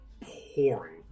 pouring